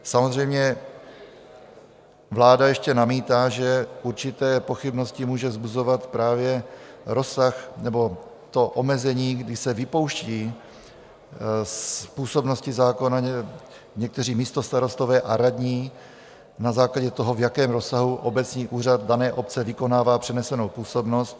Samozřejmě vláda ještě namítá, že určité pochybnosti může vzbuzovat právě rozsah nebo to omezení, kdy se vypouští z působnosti zákona někteří místostarostové a radní na základě toho, v jakém rozsahu obecní úřad dané obce vykonává přenesenou působnost.